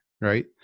right